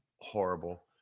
horrible